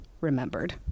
remembered